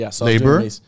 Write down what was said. Labor